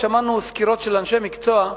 שמענו סקירות של אנשי מקצוע,